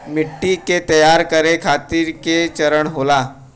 मिट्टी के तैयार करें खातिर के चरण होला?